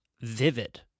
vivid